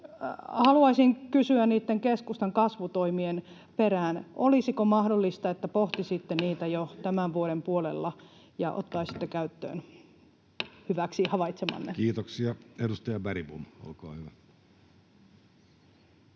koputtaa] niitten keskustan kasvutoimien perään. Olisiko mahdollista, että pohtisitte niitä jo tämän vuoden puolella ja ottaisitte käyttöön hyväksi havaitsemanne? [Speech 263] Speaker: Jussi Halla-aho